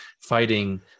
fighting